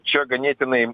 čia ganėtinai